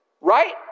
Right